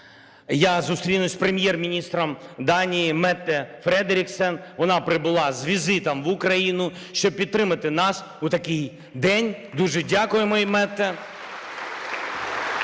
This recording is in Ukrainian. я зустрінусь з Прем'єр-міністром Данії Метте Фредеріксен, вона прибула з візитом в Україну, щоб підтримати нас у такий день. Дуже дякуємо, Метте.